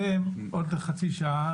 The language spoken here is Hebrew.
בעוד חצי שעה,